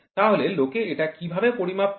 তাহলে লোকে এটা কীভাবে পরিমাপ করবে